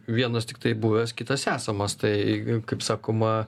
vienas tiktai buvęs kitas esamas tai kaip sakoma